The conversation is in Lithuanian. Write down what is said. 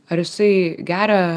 ar jisai geria